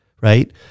right